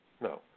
No